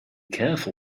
careful